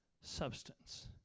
substance